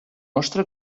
nostra